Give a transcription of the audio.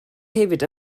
hefyd